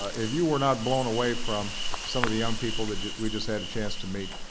ah if you were not blown away from some of the young people that we just had a chance to meet,